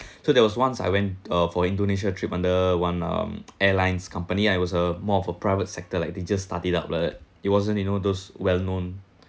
so there was once I went uh for indonesia trip under one um airlines company I was uh more of a private sector like they just started it up the it wasn't you know those well known